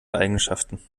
eigenschaften